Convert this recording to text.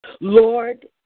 Lord